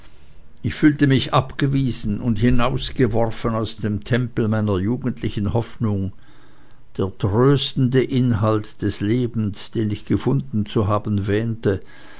ich fühlte mich abgewiesen und hinausgeworfen aus dem tempel meiner jugendlichen hoffnung der tröstende inhalt des lebens den ich gefunden zu haben wähnte